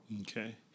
Okay